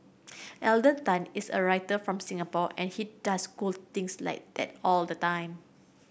Alden Tan is a writer from Singapore and he does cool things like that all the time